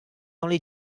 only